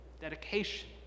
dedication